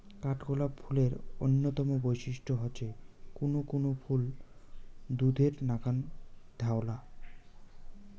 কাঠগোলাপ ফুলের অইন্যতম বৈশিষ্ট্য হসে কুনো কুনো ফুল দুধের নাকান ধওলা